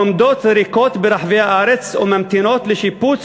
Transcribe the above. עומדות ריקות ברחבי הארץ וממתינות לשיפוץ